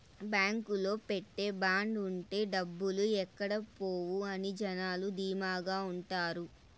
బాంకులో పెట్టే బాండ్ ఉంటే డబ్బులు ఎక్కడ పోవు అని జనాలు ధీమాగా ఉంటారు